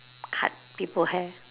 cut people hair